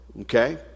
okay